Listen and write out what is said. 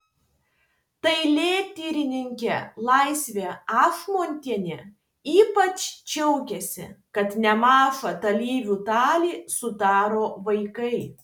dailėtyrininkė laisvė ašmontienė ypač džiaugėsi kad nemažą dalyvių dalį sudaro vaikai